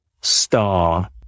star